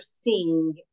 seeing